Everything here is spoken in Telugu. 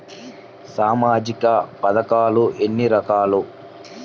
సామాజిక పథకాలు ఎన్ని రకాలు?